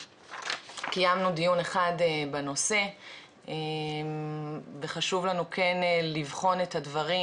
קיימנו דיון אחד בנושא וחשוב לנו כן לבחון את הדברים,